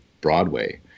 Broadway